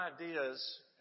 ideas